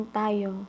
tayo